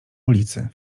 ulicy